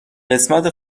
قسمت